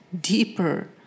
deeper